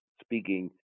speaking